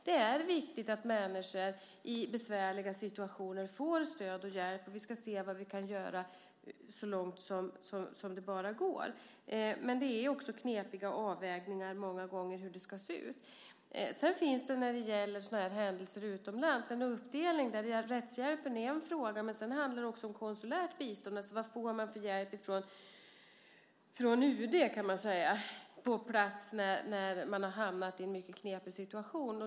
Det är viktigt att människor i besvärliga situationer får stöd och hjälp, och vi ska se vad vi kan göra så långt som det bara går, men det är också knepiga avvägningar många gånger när det gäller hur det ska se ut. Det finns också, när det gäller händelser utomlands, en uppdelning. Rättshjälpen är en fråga, men sedan handlar det också om konsulärt bistånd: Vad får man så att säga för hjälp från UD på plats när man har hamnat i en mycket knepig situation?